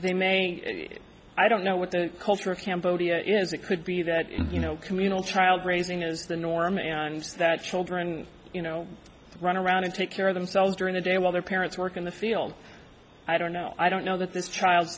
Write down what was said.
they may i don't know what the culture of cambodia is it could be that you know communal child raising is the norm and it's that children you know run around and take care of themselves during the day while their parents work in the field i don't know i don't know that this child